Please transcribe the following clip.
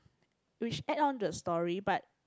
which add on to the story but